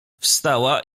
wstała